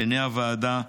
בעיני הוועדה,